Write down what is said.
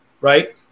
right